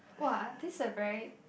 !wah! this a very